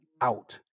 out